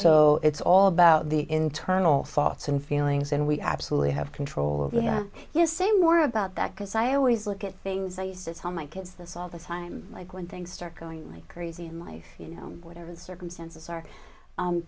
so it's all about the internal thoughts and feelings and we absolutely have control over you say more about that because i always look at things i used to tell my kids this all the time like when things start going crazy in life you know whatever the circumstances are